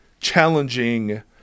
challenging